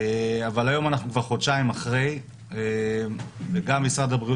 אבל היום אנחנו כבר חודשיים אחרי וגם משרד הבריאות